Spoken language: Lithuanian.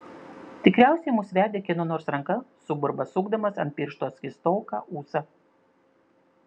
tikriausiai mus vedė kieno nors ranka suburba sukdamas ant piršto skystoką ūsą